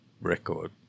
record